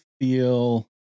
feel